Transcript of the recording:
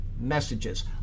messages